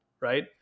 right